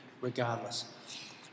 regardless